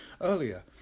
Earlier